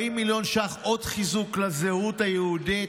40 מיליון ש"ח עוד חיזוק לזהות היהודית?